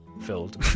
filled